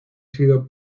sido